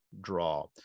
draw